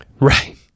Right